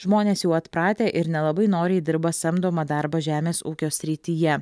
žmonės jau atpratę ir nelabai noriai dirba samdomą darbą žemės ūkio srityje